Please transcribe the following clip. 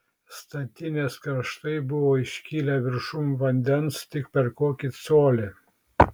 statinės kraštai buvo iškilę viršum vandens tik per kokį colį